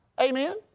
Amen